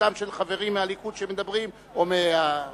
בכבודם של חברים מהליכוד שמדברים, או, יואל,